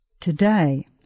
Today